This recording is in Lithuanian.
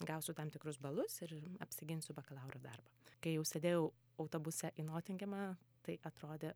gausiu tam tikrus balus ir apsiginsiu bakalauro darbą kai jau sėdėjau autobuse į notingemą tai atrodė